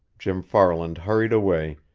jim farland hurried away,